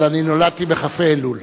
אבל אני נולדתי בכ"ה אלול.